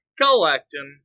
collecting